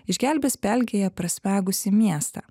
išgelbės pelkėje prasmegusį miestą